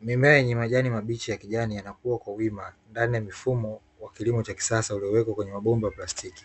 Mimea yenye majani mabichi ya kijani yanakuwa kwa wima ndani ya mifumo wa kilimo cha kisasa iliyowekwa kwenye mabomba ya plastiki.